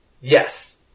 Yes